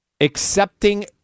Accepting